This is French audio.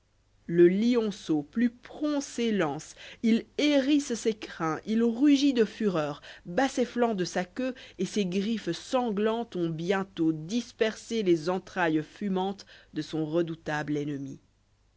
le lionceau plus prompt s'élance il hérisse ses crins il rugit de fureur bat ses flancs de sa jueue et ses griffes sanglantes ont bientôt dispersé les entrailles fumantes de son redoutable ennemi